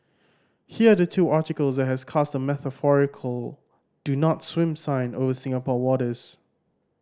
here are the two articles that has cast a metaphorical do not swim sign over Singapore waters